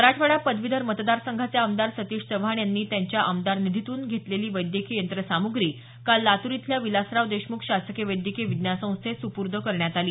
मराठवाडा पदवीधर मतदारसंघाचे आमदार सतीश चव्हाण यांनी त्यांच्या आमदार निधीतून घेतलेली वैद्यकीय यंत्रसामुग्री काल लातूर इथल्या विलासराव देशमुख शासकीय वैद्यकीय विज्ञान संस्थेस सुपुर्द केली